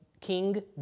King